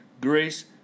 grace